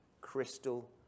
crystal